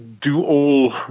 do-all